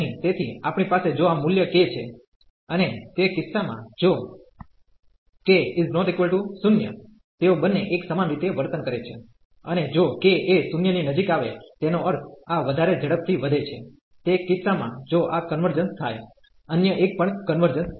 તેથી આપણી પાસે જો આ મુલ્ય k છે અને તે કિસ્સા માં જો k ≠ 0 તેઓ બન્ને એક સમાન રીતે વર્તન કરે છે અને જો k એ 0 ની નજીક આવે તેનો અર્થ આ વધારે ઝડપ થી વધે છેતે કિસ્સા માંજો આ કન્વર્જન્સ થાય અન્ય એક પણ કન્વર્જન્સ થશે